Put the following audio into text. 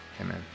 Amen